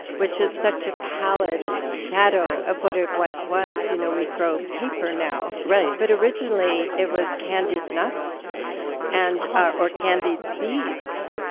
which is such a pallid shadow of what it once was. you know we throw paper now, but originally it was candied nuts and ah or candied seeds.